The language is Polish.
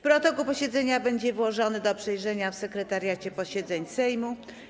Protokół posiedzenia będzie wyłożony do przejrzenia w Sekretariacie Posiedzeń Sejmu.